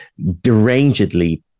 derangedly